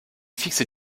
fixe